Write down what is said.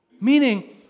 Meaning